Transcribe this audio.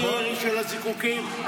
ישבתי בכיסא שאתה יושב בו.